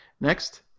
Next